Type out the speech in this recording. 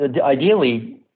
ideally